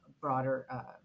broader